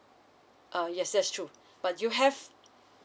uh yes that's true but you have